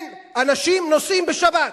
כן, אנשים נוסעים בשבת.